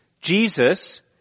Jesus